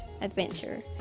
adventure